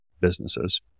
businesses